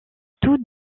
tout